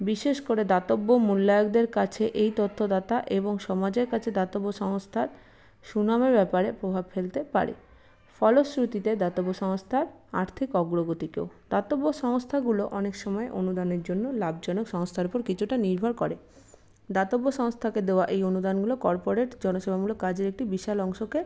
বিশেষ করে দাতব্য মূল্যায়কদের কাছে এই তথ্য দাতা এবং সমাজের কাছে দাতব্য সংস্থার সুনামের ব্যাপারে প্রভাব ফেলতে পারে ফলশ্রুতিতে দাতব্য সংস্থার আর্থিক অগ্রগতিকেও দাতব্য সংস্থাগুলো অনেক সময় অনুদানের জন্য লাভজনক সংস্থার ওপর কিছুটা নির্ভর করে দাতব্য সংস্থাকে দেওয়া এই অনুদানগুলো কর্পোরেট জনসেবামূলক কাজে একটি বিশাল অংশকে